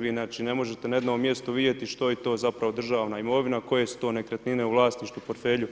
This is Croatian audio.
Vi znači ne možete na jednom mjestu što je to zapravo državna imovine, koje su to nekretnine u vlasništvu, portfelju